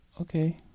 Okay